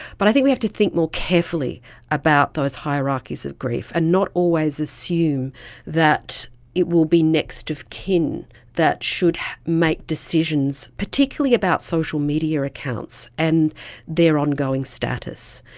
but i think we have to think more carefully about those hierarchies of grief and not always assume that it will be next of kin that should make decisions, particularly about social media accounts and their ongoing status,